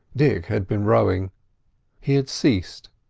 dick had been rowing he had ceased,